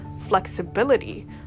flexibility